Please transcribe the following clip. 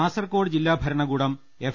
കാസർകോട് ജില്ലാ ഭരണകൂടം എഫ്